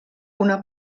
una